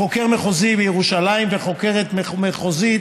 חוקר מחוזי בירושלים וחוקרת מחוזית